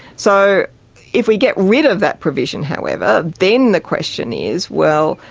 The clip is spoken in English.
so if we get rid of that provision, however, then the question is, well,